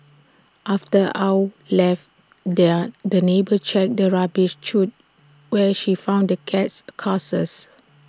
after Ow left their the neighbour checked the rubbish chute where she found the cat's carcass